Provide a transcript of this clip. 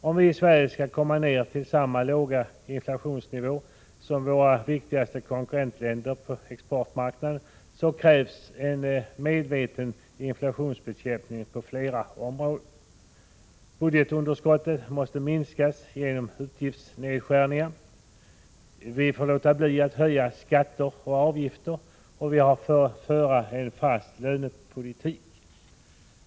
Om vi i Sverige skall komma ner till samma låga inflationsnivåer som våra viktigaste konkurrentländer på exportmarknaden, krävs det en medveten inflationsbekämpning på flera områden. Budgetunderskottet måste minskas genom utgiftsnedskärningar. Vi får låta bli att höja skatter och avgifter. Vi måste föra en fast lönepolitik.